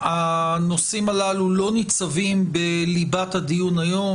הנושאים הללו לא ניצבים בליבת הדיון היום,